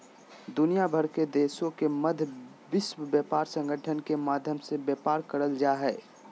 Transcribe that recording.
दुनिया भर के देशों के मध्य विश्व व्यापार संगठन के माध्यम से व्यापार करल जा हइ